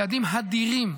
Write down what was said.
צעדים הדירים,